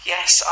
Yes